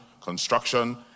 construction